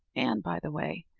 and, by the way,